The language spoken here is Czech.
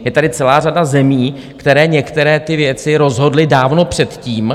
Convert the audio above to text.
Je tady celá řada zemí, které některé ty věci rozhodly dávno předtím.